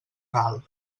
ral